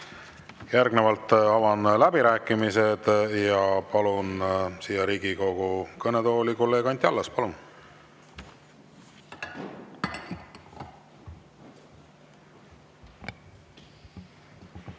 Järgnevalt avan läbirääkimised ja palun siia Riigikogu kõnetooli kolleeg Anti Allase. Palun!